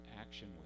action